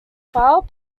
file